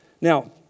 Now